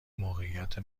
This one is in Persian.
موقعیت